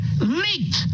leaked